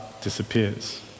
disappears